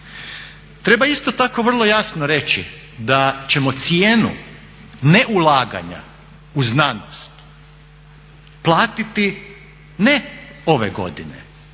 Treba isto tako vrlo jasno reći da ćemo cijenu neulaganja u znanost platiti ne ove godine,